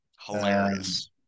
Hilarious